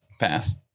pass